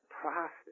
process